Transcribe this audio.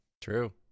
True